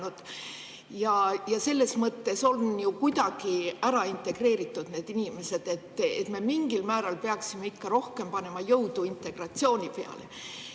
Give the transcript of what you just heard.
Ja selles mõttes on ju kuidagi ära integreeritud need inimesed. Me mingil määral peaksime ikka rohkem suunama jõudu integratsioonile.